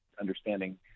understanding